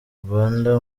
rwanda